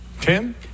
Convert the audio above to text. Tim